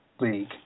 league